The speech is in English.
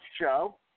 show